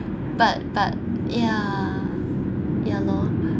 but but yeah ya loh